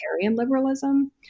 liberalism